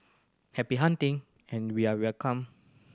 happy hunting and we are welcome